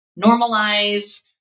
normalize